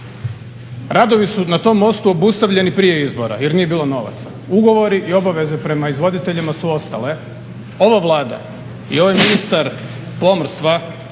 Radovi su na tom mostu obustavljeni prije izbora jer nije bilo novaca. Ugovori i obaveze prema izvoditeljima su ostale. Ova Vlada i ovaj ministar pomorstva